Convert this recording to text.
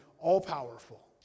All-powerful